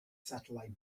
satellite